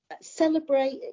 Celebrate